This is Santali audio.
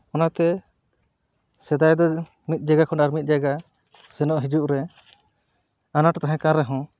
ᱚᱱᱟᱛᱮ ᱥᱮᱫᱟᱭ ᱫᱚ ᱢᱤᱫ ᱡᱟᱭᱜᱟ ᱠᱷᱚᱱ ᱟᱨ ᱢᱤᱫ ᱡᱟᱭᱜᱟ ᱥᱮᱱᱚᱜ ᱦᱤᱡᱩᱜ ᱨᱮ ᱟᱱᱟᱴ ᱛᱟᱦᱮᱸ ᱠᱟᱱ ᱨᱮᱦᱚᱸ